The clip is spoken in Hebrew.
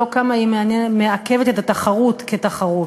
לא בכמה היא מעכבת את התחרות כתחרות.